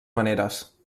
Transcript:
maneres